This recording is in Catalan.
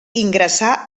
ingressà